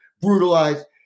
brutalized